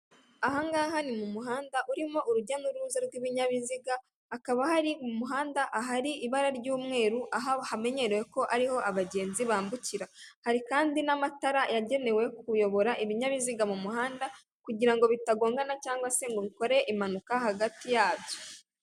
Ahangaha ni mu muhanda urimo urujya n'uruza rw'ibinyabiziga, hakaba hari umuhanda ahari ibara ry'umweru aha hamenyerewe ko ariho abagenzi bambukira, hari kandi n'amatara yagenewe kuyobora ibinyabiziga mu muhanda kugira ngo bitagongana cyangwa se ngo bikore impanuka hagati yabyo.